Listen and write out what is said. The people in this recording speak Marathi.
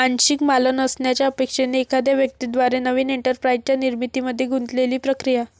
आंशिक मालक असण्याच्या अपेक्षेने एखाद्या व्यक्ती द्वारे नवीन एंटरप्राइझच्या निर्मितीमध्ये गुंतलेली प्रक्रिया